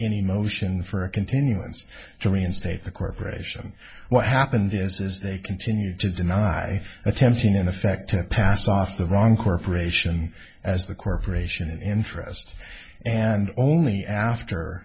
any motion for a continuance to reinstate the corporation what happened is they continued to deny attempting in effect to pass off the wrong corporation as the corporation interest and only after